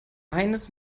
eines